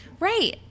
Right